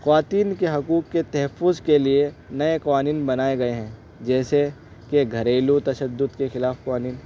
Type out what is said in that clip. خواتین کے حقوق کے تحفظ کے لیے نئے قوانین بنائے گئے ہیں جیسے کہ گھریلو تششد کے خلاف قوانین